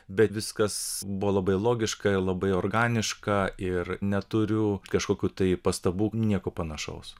bet viskas buvo labai logiška labai organiška ir neturiu kažkokių tai pastabų nieko panašaus